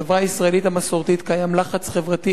בחברה הישראלית המסורתית קיים לחץ חברתי